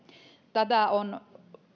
tätä on